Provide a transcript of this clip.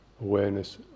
awareness